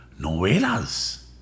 Novelas